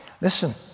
Listen